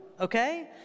okay